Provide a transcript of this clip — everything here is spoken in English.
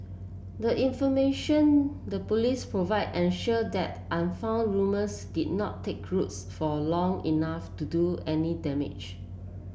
the information the Police provided ensured that unfounded rumours did not take roots for long enough to do any damage